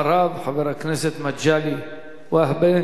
אחריו, חבר הכנסת מגלי והבה.